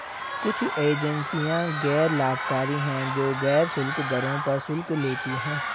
कुछ एजेंसियां गैर लाभकारी हैं, जो गैर शुल्क दरों पर शुल्क लेती हैं